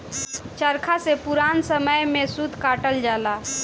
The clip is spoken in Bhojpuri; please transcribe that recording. चरखा से पुरान समय में सूत कातल जाला